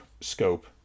scope